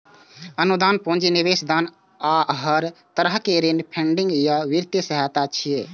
अनुदान, पूंजी निवेश, दान आ हर तरहक ऋण फंडिंग या वित्तीय सहायता छियै